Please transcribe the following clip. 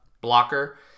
blocker